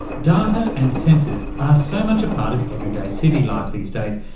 data and sensors are so much a part of everyday city life these days,